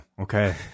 Okay